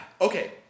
Okay